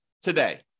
today